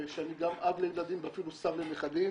ושאני גם אב לילדים ואפילו סב לנכדים